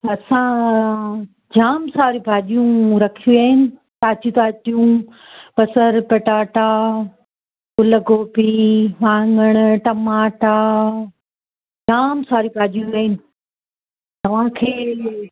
असां जामु सारियूं भाॼियूं रखियूं आहिनि ताज़ियूं ताज़ियूं बसरु पटाटा गुल गोभी वाङण टमाटा जामु सारियूं भाॼियूं पयूं आहिनि तव्हांखे